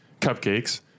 cupcakes